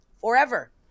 Forever